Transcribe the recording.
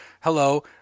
Hello